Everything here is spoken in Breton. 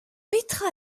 petra